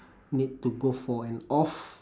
need to go for an off